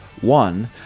one